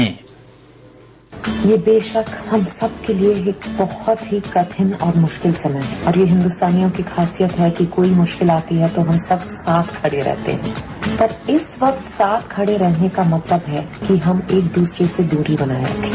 sound bite ये बेशक हम सबके लिए एक बहुत ही कठिन और मुश्किल समय है और ये हिन्दुस्तानियों की खासियत है कि कोई मुश्किल आती है तो हम सब साथ खड़े रहते हैं पर इस वक्त साथ खड़े रहने का मतलब है कि हम सब एक दूसरे से दूरी बनाए रखें